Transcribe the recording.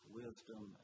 wisdom